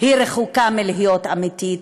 רחוקה מלהיות אמיתית,